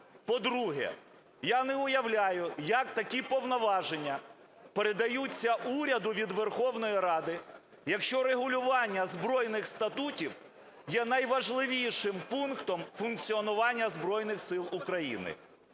По-друге, я не уявляю, як такі повноваження передаються уряду від Верховної Ради, якщо регулювання збройних статутів є найважливішим пунктом функціонування Збройних Сил України.